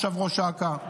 החוק היום ברור,